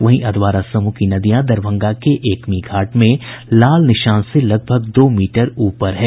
वहीं अधवारा समूह की नदियां दरभंगा के एकमी घाट में लाल निशान से लगभग दो मीटर ऊपर है